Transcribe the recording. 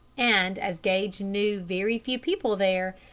and, as gage knew very few people there,